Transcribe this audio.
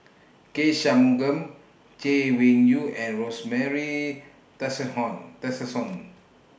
K Shanmugam Chay Weng Yew and Rosemary Tessensohn